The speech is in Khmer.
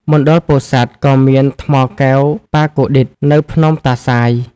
មណ្ឌលពោធិសាត់ ក៏មានថ្មកែវប៉ាកូឌីត នៅភ្នំតាសាយ។